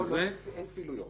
אין כפילויות.